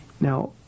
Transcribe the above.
Now